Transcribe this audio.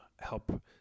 help